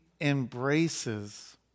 embraces